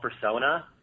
persona